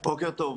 בוקר טוב.